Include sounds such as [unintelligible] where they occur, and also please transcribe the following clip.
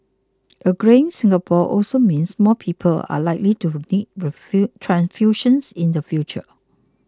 a greying Singapore also means more people are likely to need [unintelligible] transfusions in the future